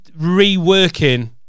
reworking